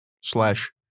slash